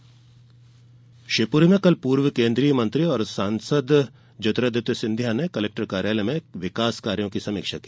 सिंधिया शिवपुरी में कल पूर्व केंद्रीय मंत्री और कांग्रेस सांसद ज्योतिरादित्य सिंधिया ने कलेक्टर कार्यालय में विकास कार्यो की समीक्षा की